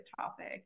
topic